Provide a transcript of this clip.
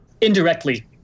Indirectly